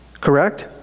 correct